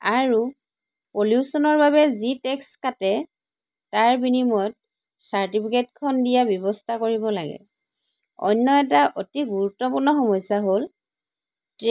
আৰু পলিউচনৰ বাবে যি টেক্স কাটে তাৰ বিনিময়ত চাৰ্টিফিকেট খন দিয়াৰ ব্যৱস্থা কৰিব লাগে অন্য এটা অতি গুৰুত্বপুৰ্ণ সমস্যা হ'ল